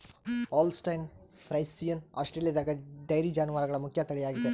Holstein Friesian ಆಸ್ಟ್ರೇಲಿಯಾದಗ dairy ಜಾನುವಾರುಗಳ ಮುಖ್ಯ ತಳಿಯಾಗಿದೆ